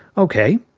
ok,